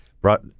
brought